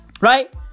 Right